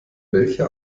welcher